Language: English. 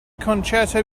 concerto